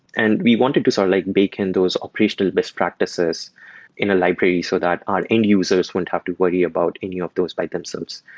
and we wanted to sort of like bake-in those operational best practices in a library so that our end users won't have to worry about any of those by themselves.